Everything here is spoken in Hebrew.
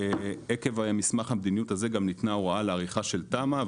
עקב מסמך המדיניות הזה גם ניתנה הוראה לעריכה של תמ"א,